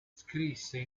scrisse